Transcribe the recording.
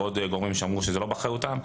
ולעוד גורמים שאמרו שזה לא באחריותם.